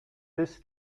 this